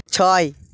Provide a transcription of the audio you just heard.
ছয়